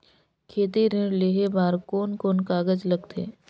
खेती ऋण लेहे बार कोन कोन कागज लगथे?